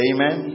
Amen